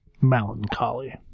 Melancholy